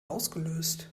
ausgelöst